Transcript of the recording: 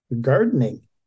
Gardening